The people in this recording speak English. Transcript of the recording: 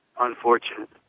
Unfortunate